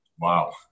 Wow